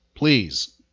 Please